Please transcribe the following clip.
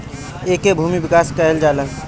एके भूमि विकास बैंक कहल जाला